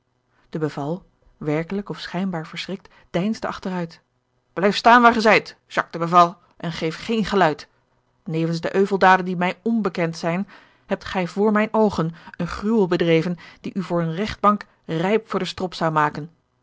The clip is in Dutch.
werkelijk of schijnbaar verschrikt deinsde achteruit blijf staan waar ge zijt jacques de beval en geef geen geluid nevens de enveldaden die mij onbekend zijn hebt gij voor mijne oogen een gruwel bedreven die u voor eene regtbank rijp voor den strop zou maken